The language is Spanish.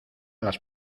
las